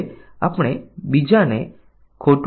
એક મજબૂત પરીક્ષણ શાખા કવરેજ અથવા નિર્ણય કવરેજ છે